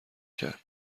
کرد